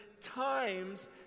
times